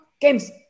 games